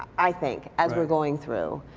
i think, as we're going through.